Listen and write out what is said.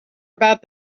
about